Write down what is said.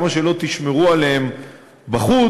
כמה שלא תשמרו עליהם בחוץ,